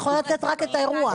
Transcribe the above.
היא יכולה לתת רק את האירוע.